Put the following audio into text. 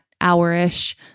hour-ish